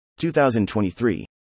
2023